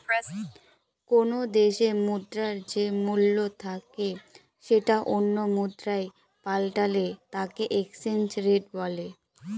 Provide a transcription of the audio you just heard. কোনো দেশে মুদ্রার যে মূল্য থাকে সেটা অন্য মুদ্রায় পাল্টালে তাকে এক্সচেঞ্জ রেট বলে